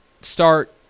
start